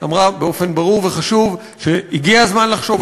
היא אמרה באופן ברור וחשוב שהגיע הזמן לחשוב על זה.